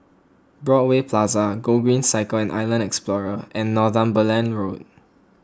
Broadway Plaza Gogreen Cycle and Island Explorer and Northumberland Road